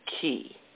key